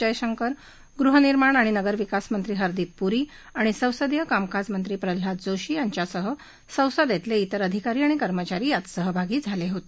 जयशंकर गृहनिर्माण आणि नगरविकास मंत्री हरदीप पुरी आणि संसदीय कामकाज मंत्री प्रल्हाद जोशी यांच्यासह संसदेतले त्विर अधिकारी आणि कर्मचारी यात सहभागी झाले होते